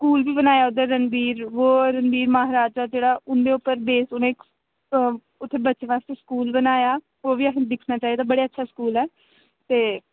school बी बनाया उद्धर रणवीर वो महाराजा रणवीर महाराजा जेह्ड़ा उं'दे उप्पर बेस्ड उ'नें उत्थे बच्चें वास्तै स्कूल बनाया ओह् बी असें दिक्खना चाहिदा बड़े अच्छा स्कूल ऐ ते